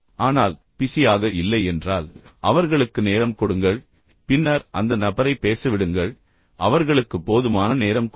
ஆனால் பிசியாக இல்லை என்றால் அவர்களுக்கு நேரம் கொடுங்கள் பின்னர் அந்த நபரை பேச விடுங்கள் அவர்களுக்கு போதுமான நேரம் கொடுங்கள்